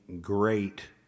great